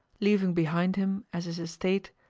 leaving behind him, as his estate,